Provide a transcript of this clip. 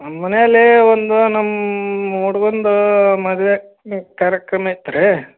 ನಮ್ಮ ಮನೇಲಿ ಒಂದು ನಮ್ಮ ಹುಡ್ಗಂದು ಮದುವೆ ಕಾರ್ಯಕ್ರಮ ಇತ್ತು ರೀ